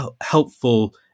helpful